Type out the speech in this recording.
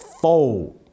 fold